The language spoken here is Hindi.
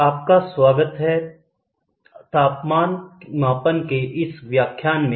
आपका स्वागत है तापमान मापन के इस व्याख्यान में